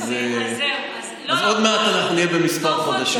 עוד מעט אנחנו נהיה במספר חודשים.